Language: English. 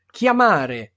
chiamare